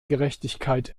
gerechtigkeit